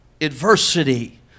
adversity